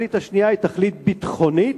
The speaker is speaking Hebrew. התכלית השנייה היא תכלית ביטחונית,